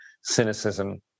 cynicism